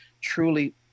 truly